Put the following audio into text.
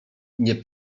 nie